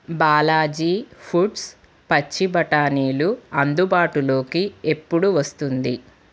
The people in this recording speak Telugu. బాలాజీ ఫుడ్స్ పచ్చి బఠానీలు అందుబాటులోకి ఎప్పుడు వస్తుంది